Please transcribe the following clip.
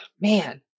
man